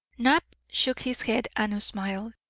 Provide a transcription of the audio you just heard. knapp shook his head and smiled.